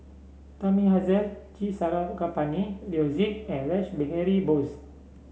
Thamizhavel G Sarangapani Leo Yip and Rash Behari Bose